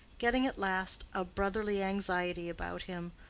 getting at last a brotherly anxiety about him,